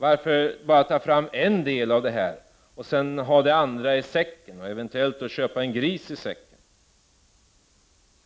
Varför bara ta fram en del och ha det andra i säcken, eventuellt köpa grisen i säcken?